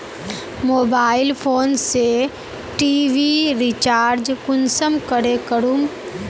Mobile phone से TV recharge कुंसम करे करूम?